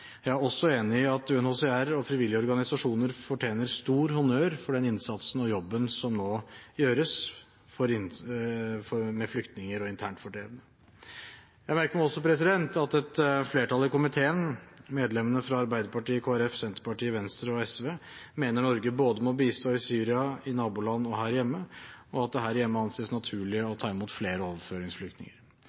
Jeg er også enig i at UNHCR og frivillige organisasjoner fortjener stor honnør for den innsatsen og jobben som nå gjøres med flyktninger og internt fordrevne. Jeg merker meg også at et flertall i komiteen, medlemmene fra Arbeiderpartiet, Kristelig Folkeparti, Senterpartiet, Venstre og SV, mener Norge må bistå både i Syria, i naboland og her hjemme, og at det her hjemme anses naturlig å ta imot flere overføringsflyktninger.